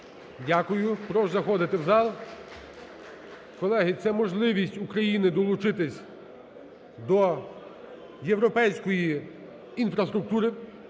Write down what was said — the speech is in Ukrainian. Дякую. Прошу заходити в зал. Колеги, це можливість України долучитись до європейської інфраструктури,